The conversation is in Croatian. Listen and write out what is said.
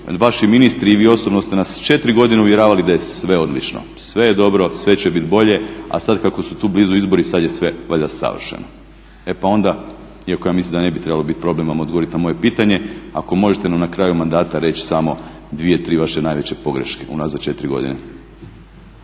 Vaši ministri i vi osobno ste nas 4 godine uvjeravali da je sve odlično, sve je dobro, sve će biti bolje, a sada kako su tu blizu izbori sada je sve valjda savršeno. E pa onda, iako ja mislim da ne bi trebalo biti problem vam odgovoriti na moje pitanje ako možete nam na kraju mandata reći samo 2, 3 vaše najveće pogreške unazad 4 godine.